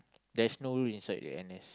there's no rule inside the N_S